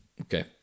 Okay